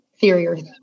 theory